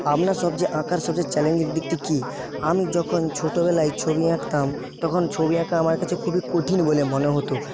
আপনার সবচেয়ে আঁকার সবচেয়ে চ্যালেঞ্জিং দিকটি কি আমি যখন ছোটোবেলায় ছবি আঁকতাম তখন ছবি আঁকা আমার কাছ খুবই কঠিন বলে মনে হত